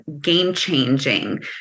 game-changing